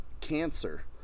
cancer